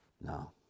No